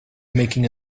making